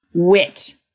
wit